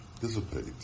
dissipate